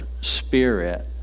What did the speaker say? spirit